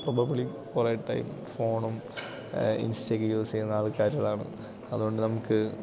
probably കുറേ time ഫോണും ഇൻസ്റ്റയൊക്കെ യൂസ് ചെയ്യുന്ന ആൾക്കാരുകളാണ് അതുകൊണ്ട് നമുക്ക്